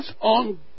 on